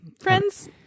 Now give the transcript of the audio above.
Friends